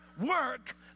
work